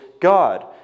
God